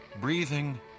breathing